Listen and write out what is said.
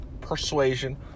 persuasion